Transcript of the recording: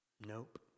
Nope